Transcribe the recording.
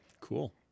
Cool